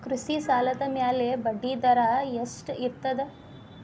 ಕೃಷಿ ಸಾಲದ ಮ್ಯಾಲೆ ಬಡ್ಡಿದರಾ ಎಷ್ಟ ಇರ್ತದ?